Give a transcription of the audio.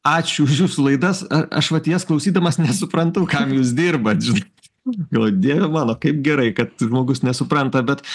ačiū už jūsų laidas a aš vat jas klausydamas nesuprantu kam jūs dirbat žinai galvoju dieve mano kaip gerai kad žmogus nesupranta bet